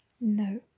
No